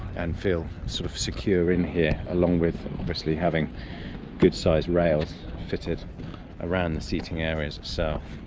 and feeling sort of secure in here, along with obviously having good sized rails fitted around the seating areas so